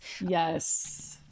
Yes